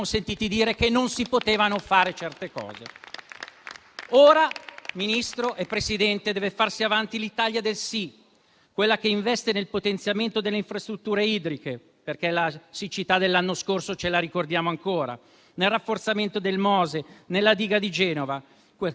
sentiti dire che non si potevano fare certe cose. Ora, signor Ministro e signor Presidente, deve farsi avanti l'Italia del sì, quella che investe nel potenziamento delle infrastrutture idriche - la siccità dell'anno scorso ce la ricordiamo ancora - nel rafforzamento del Mose, nella diga di Genova; quella